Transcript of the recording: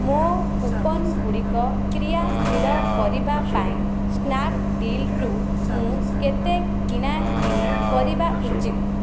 ମୋ' କୁପନ ଗୁଡ଼ିକ କ୍ରିୟାଶୀଳ କରିବା ପାଇଁ ସ୍ନାପ୍ଡୀଲ୍ରୁ ମୁଁ କେତେ କିଣାକିଣି କରିବା ଉଚିତ